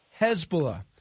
Hezbollah